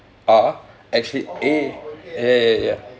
are actually eh ya ya ya